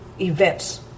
events